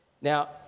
Now